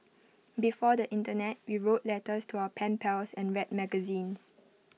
before the Internet we wrote letters to our pen pals and read magazines